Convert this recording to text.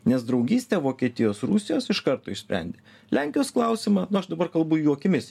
nes draugystę vokietijos rusijos iš karto išsprendė lenkijos klausimą nu aš dabar kalbu jų akimis